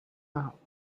out